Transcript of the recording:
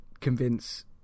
convince